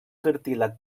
cartílag